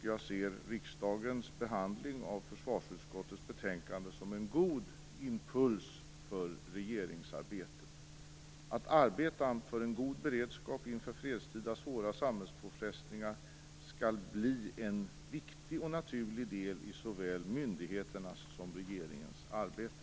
Jag ser riksdagens behandling av försvarsutskottets betänkande som en god impuls för regeringsarbetet. Att arbeta för en god beredskap inför fredstida svåra samhällspåfrestningar skall bli en viktig och naturlig del i såväl myndigheternas som regeringens arbete.